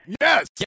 Yes